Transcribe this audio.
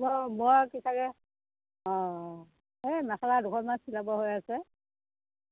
অ এই মেখেলা দুখনমান চিলাব হৈ আছে